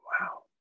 Wow